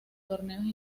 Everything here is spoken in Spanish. torneos